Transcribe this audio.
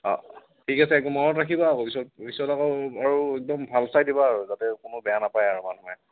ঠিক আছে মনত ৰাখিবা আকৌ পিছত পিছত আকৌ আৰু একদম ভাল চাই দিবা আৰু যাতে কোনোৱে বেয়া নাপাই আৰু মানুহে